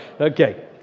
Okay